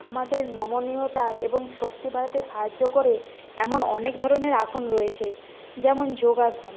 আমাদের নমনীয়তা এবং শক্তি বাড়াতে সাহায্য করে এমন অনেক ধরনের আসন রয়েছে যেমন যোগাসন